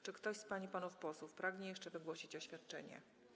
Czy ktoś z pań i panów posłów pragnie jeszcze wygłosić oświadczenie?